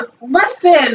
Listen